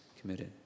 committed